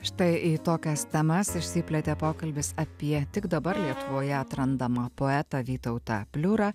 štai į tokias temas išsiplėtė pokalbis apie tik dabar lietuvoje atrandamą poetą vytautą pliurą